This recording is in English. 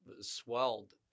swelled